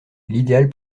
l’idéal